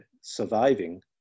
surviving